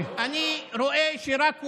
אני רואה שרק ווליד,